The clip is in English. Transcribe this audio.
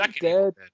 Dead